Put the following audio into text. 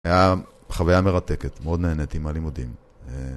היה חוויה מרתקת, מאוד נהניתי מהלימודים.